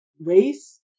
race